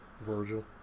Virgil